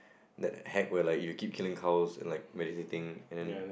that hack where like you keep killing cows and like meditating and then